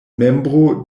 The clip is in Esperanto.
membro